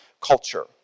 culture